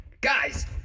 guys